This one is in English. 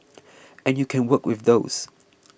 and you can work with those